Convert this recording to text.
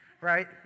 right